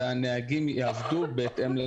שהנהגים יעבדו בהתאם.